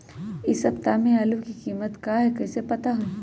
इ सप्ताह में आलू के कीमत का है कईसे पता होई?